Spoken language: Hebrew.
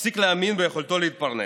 מפסיק להאמין ביכולתו להתפרנס.